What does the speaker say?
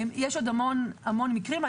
יש עוד המון מקרים.